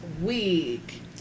week